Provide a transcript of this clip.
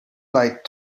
late